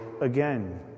again